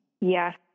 Yes